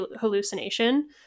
hallucination